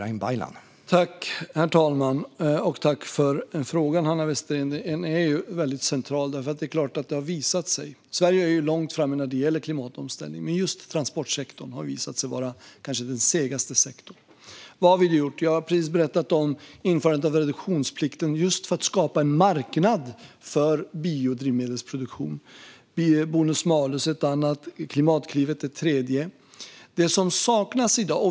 Herr talman! Jag tackar Hanna Westerén för en central fråga. Sverige ligger långt fram i klimatomställningen, men just transportsektorn har visat sig vara seg. Vad har vi då gjort? Jag berättade nyss om införandet av reduktionsplikten, just för att skapa en marknad för biodrivmedelsproduktion. Bonus-malus är ett annat initiativ och Klimatklivet ett tredje.